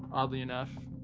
oddly enough,